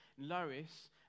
Lois